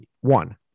One